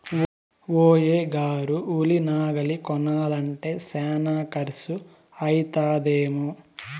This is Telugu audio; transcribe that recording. ఏ.ఓ గారు ఉలి నాగలి కొనాలంటే శానా కర్సు అయితదేమో